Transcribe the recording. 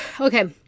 Okay